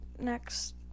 next